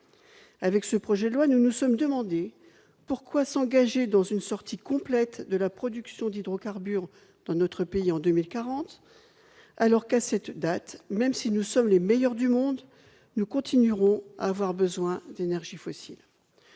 de ce projet de loi, nous nous sommes demandé pourquoi nous engager dans une sortie complète de la production d'hydrocarbures dans notre pays en 2040, alors que, à cette date, même si nous sommes les meilleurs du monde, nous continuerons d'avoir besoin d'énergies fossiles.